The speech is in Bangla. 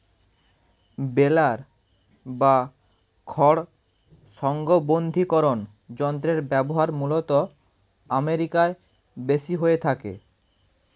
বেলার বা খড় সংঘবদ্ধীকরন যন্ত্রের ব্যবহার মূলতঃ আমেরিকায় বেশি হয়ে থাকে